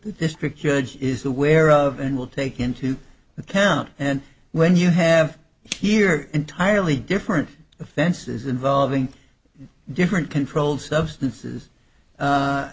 district judge is the where of and will take into account and when you have here entirely different offenses involving different controlled substances